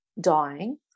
dying